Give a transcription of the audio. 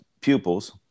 pupils